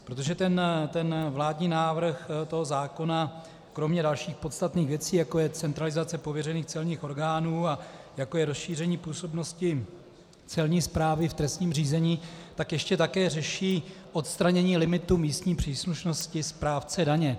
Protože vládní návrh zákona kromě dalších podstatných věcí, jako je centralizace pověřených celních orgánů a jako je rozšíření působnosti Celní správy v trestním řízení, tak ještě také řeší odstranění limitu místní příslušnosti správce daně.